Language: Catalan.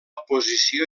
posició